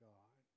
God